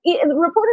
reporters